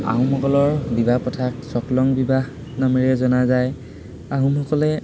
আহোমসকলৰ বিবাহ প্ৰথাক সকলং বিবাহ নামেৰে জনা যায় আহোমসকলে